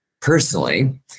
personally